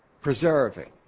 preserving